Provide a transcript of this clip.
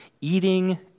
eating